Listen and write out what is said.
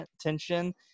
tension